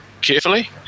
carefully